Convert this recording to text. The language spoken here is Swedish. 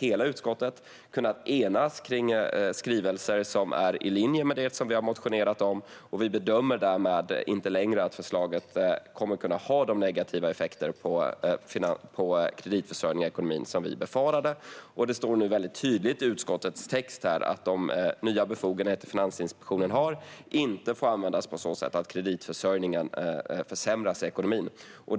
hela utskottet kunnat enas om skrivningen som är i linje med det som vi har motionerat om, och vi bedömer därmed inte längre att förslaget kommer att kunna ha de negativa effekter på kreditförsörjningen i ekonomin som vi befarade. I utskottets text står det nu tydligt att de nya befogenheter som Finansinspektionen har inte får användas på ett sådant sätt att kreditförsörjningen försämras i ekonomin.